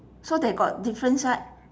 so they got difference right